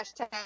hashtag